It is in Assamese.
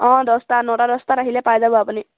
অঁ দহটা নটা দহটাত আহিলে পাই যাব আপুনি